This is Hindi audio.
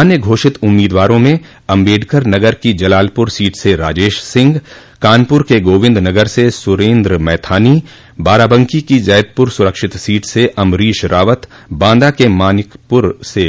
अन्य घोषित उम्मीदवारों में अम्बेडकर नगर की जलालपर सीट से राजेश सिंह कानपुर के गोविन्द नगर से सुरेन्द्र मैथानी बाराबंकी की जैदपुर सुरक्षित सीट से अम्बरीश रावत बांदा के मानिकपुर से